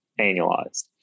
annualized